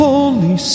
Holy